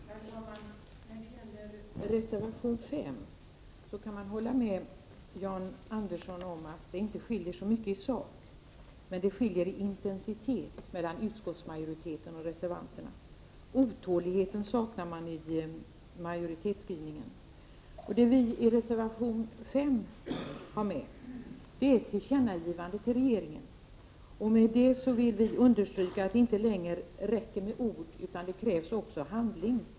Herr talman! När det gäller reservation 5 kan man hålla med Jan Andersson om att det inte skiljer så mycket i sak, men det skiljer i intensitet mellan utskottsmajoriteten och reservanterna. Man saknar otåligheten i majoritetsskrivningen. Vad vi vill ha i reservation 5 är ett tillkännagivande till regeringen. Med det vill vi understryka att det inte längre räcker med ord utan att det också krävs handling.